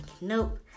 nope